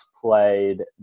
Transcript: played